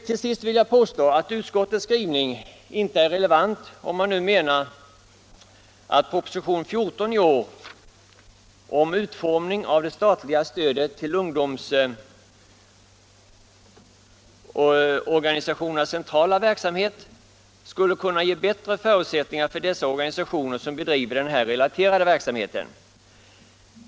Till sist vill jag påstå att utskottets skrivning inte är relevant om man nu menar att propositionen 14 i år, om utformning av det statliga stödet till ungdomsorganisationernas centrala verksamhet, skulle kunna ge bättre förutsättningar för de organisationer som bedriver den här relaterade verksamheten.